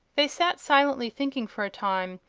they sat silently thinking for a time.